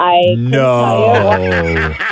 No